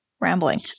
rambling